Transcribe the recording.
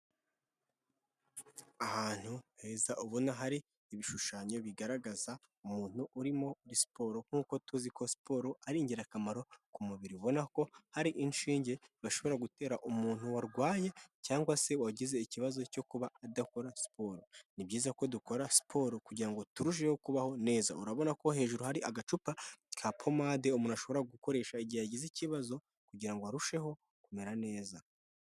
Ahantu heza ubona hari ibishushanyo bigaragaza umuntu uri muri siporo nkuko tuzi ko siporo ari ingirakamaro ku mubiri ubona ko hari inshinge bashobora gutera umuntu warwaye cyangwa se wagize ikibazo cyo kuba adakora siporo ni byiza ko dukora siporo kugirango turusheho kubaho neza urabona ko hejuru hari agacupa ka pomade umuntu ashobora gukoresha igihe a yagize ikibazo kugirango arusheho kumera neza.